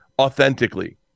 authentically